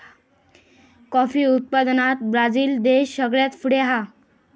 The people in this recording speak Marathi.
कॉफी उत्पादनात ब्राजील देश सगळ्यात पुढे हा